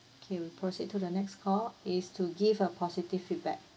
K we proceed to the next call is to give a positive feedback